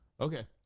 Okay